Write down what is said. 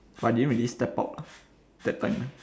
but I didn't really step out lah that time